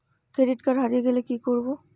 Credit card হারিয়ে গেলে কি করব?